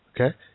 okay